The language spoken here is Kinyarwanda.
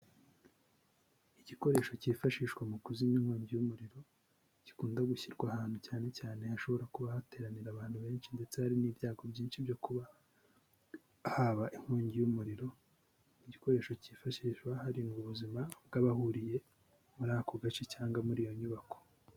Igikoresho cyifashishwa mu kuzimya inkongi y'umuriro gikunda gushyirwa ahantu cyane cyane hashobora kuba hateranira abantu benshi ndetse hari n'ibyago byinshi byo kuba haba inkongi y'umuriro, igikoresho cyifashishwa haridwa ubuzima bw'abahuriye muri ako gace cyangwa muri iyo nyubako.